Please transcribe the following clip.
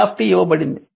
i ఇవ్వబడింది